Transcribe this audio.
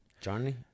Johnny